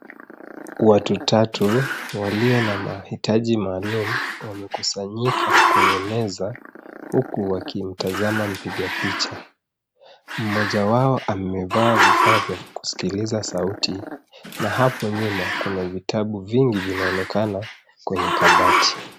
Watu tatu walio na mahitaji maalumu wamekusanyika kwenye meza, huku wakimtazama mpiga picha. Mmoja wao amevaa vifaa vya kusikiliza sauti , na hapo nyuma kuna vitabu vingi vinaonekana kwenye kabati.